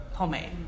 Homemade